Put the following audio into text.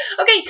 Okay